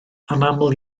anaml